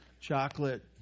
Chocolate